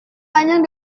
panjang